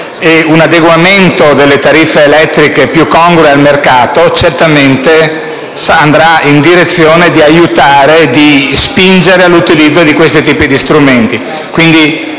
e un adeguamento delle tariffe elettriche più congruo al mercato certamente andrà in direzione di spingere all'utilizzo di questo tipo di strumenti.